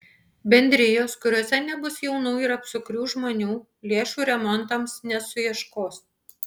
bendrijos kuriose nebus jaunų ir apsukrių žmonių lėšų remontams nesuieškos